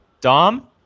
Dom